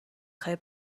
خوای